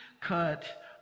cut